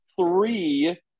three